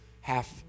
half